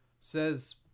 says